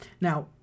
Now